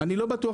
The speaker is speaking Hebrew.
אני לא בטוח,